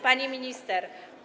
Pani Minister!